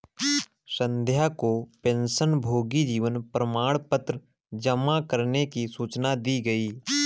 संध्या को पेंशनभोगी जीवन प्रमाण पत्र जमा करने की सूचना दी गई